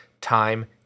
Time